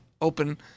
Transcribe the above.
open